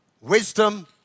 wisdom